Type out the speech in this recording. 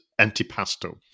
antipasto